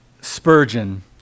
Spurgeon